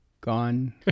gone